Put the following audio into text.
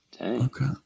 Okay